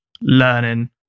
learning